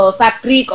factory